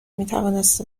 میتوانست